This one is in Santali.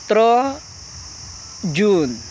ᱥᱚᱛᱨᱚ ᱡᱩᱱ